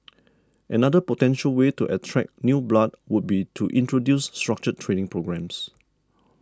another potential way to attract new blood would be to introduce structured training programmes